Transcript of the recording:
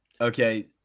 Okay